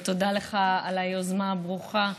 ותודה לך על היוזמה הברוכה,